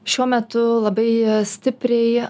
šiuo metu labai stipriai